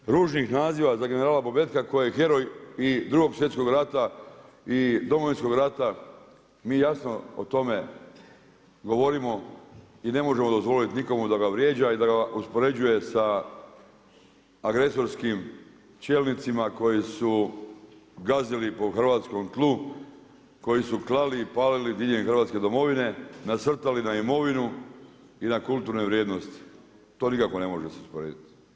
Što se tiče ružnih naziva za generala Bobetka koji je heroj i Drugog svjetskog rata i Domovinskog rata, mi jasno o tome govorimo i ne možemo dozvoliti nikomu da ga vrijeđa i da uspoređuje sa agresorskim čelnicima koji su gazili po hrvatskom tlu, koji su klali i palili diljem Hrvatske domovine, nasrtali na imovinu i na kulturne vrijednosti, to se nikako ne može usporediti.